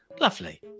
Lovely